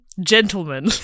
gentlemen